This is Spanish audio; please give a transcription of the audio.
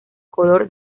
color